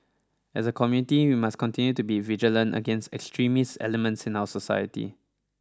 as a community we must continue to be vigilant against extremist elements in our society